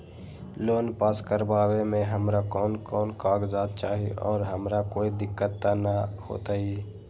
Loan pass करवावे में हमरा कौन कौन कागजात चाही और हमरा कोई दिक्कत त ना होतई?